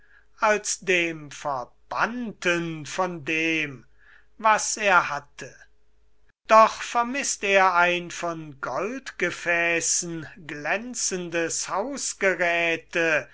als dem verbannten von dem was er hatte doch vermißt er ein von goldgefässen glänzendes